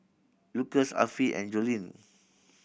Lucas Affie and Joline